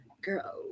girl